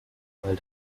weil